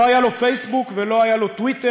לא היה לו פייסבוק ולא היה לו טוויטר,